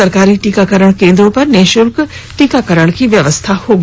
सरकारी टीकाकरण केन्द्रों पर निशुल्क टीकाकरण की व्यवस्था होगी